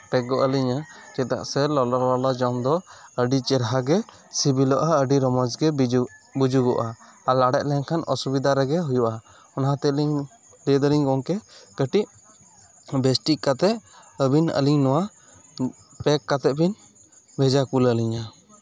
ᱯᱮᱠ ᱜᱚᱜ ᱟᱞᱤᱧᱟ ᱪᱮᱫᱟᱜ ᱥᱮ ᱞᱚᱞᱚ ᱞᱚᱞᱚ ᱡᱚᱢ ᱫᱚ ᱟᱹᱰᱤ ᱪᱮᱦᱨᱟᱜᱮ ᱥᱤᱵᱤᱞᱚᱜᱼᱟ ᱟᱹᱰᱤ ᱨᱚᱢᱚᱡ ᱜᱮ ᱵᱩᱡᱩᱜᱚᱜᱼᱟ ᱟᱨ ᱞᱟᱲᱮᱡ ᱞᱮᱱᱠᱷᱟᱱ ᱚᱥᱩᱵᱤᱫᱷᱟ ᱨᱮᱜᱮ ᱦᱩᱭᱩᱜᱼᱟ ᱚᱱᱟ ᱛᱮᱞᱤᱧ ᱞᱟᱹᱭ ᱫᱟᱞᱤᱧ ᱜᱚᱢᱠᱮ ᱠᱟᱹᱴᱤᱡ ᱵᱮᱥᱴᱷᱤᱠ ᱠᱟᱛᱮᱜ ᱟᱹᱵᱤᱱ ᱟᱞᱤᱧ ᱱᱚᱣᱟ ᱯᱮᱠ ᱠᱟᱛᱮᱜ ᱵᱮᱱ ᱵᱷᱮᱡᱟ ᱠᱩᱞ ᱟᱞᱤᱧᱟ